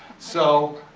so,